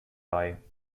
bei